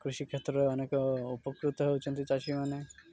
କୃଷି କ୍ଷେତ୍ରରେ ଅନେକ ଉପକୃତ ହେଉଛନ୍ତି ଚାଷୀମାନେ